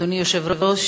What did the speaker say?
אדוני היושב-ראש,